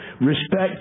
Respect